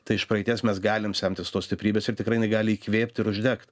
tai iš praeities mes galim semtis tos stiprybės ir tikrai jinai gali įkvėpt ir uždegt